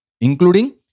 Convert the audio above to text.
including